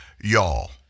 y'all